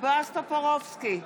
בועז טופורובסקי,